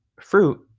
fruit